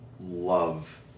love